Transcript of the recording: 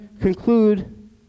conclude